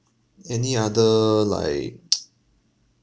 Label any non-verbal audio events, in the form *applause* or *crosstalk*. any other like *noise*